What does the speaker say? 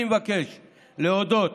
אני מבקש להודות